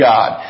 God